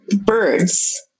birds